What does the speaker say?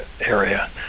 area